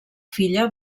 filla